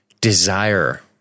desire